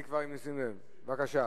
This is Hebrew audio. בבקשה.